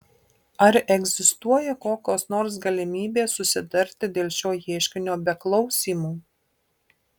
ar egzistuoja kokios nors galimybės susitarti dėl šio ieškinio be klausymų